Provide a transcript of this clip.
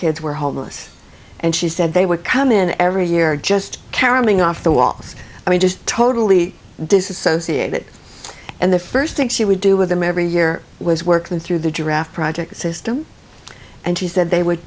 kids were homeless and she said they would come in every year just caroming off the walls i mean just totally disassociated and the first thing she would do with them every year was work them through the draft project system and she said they would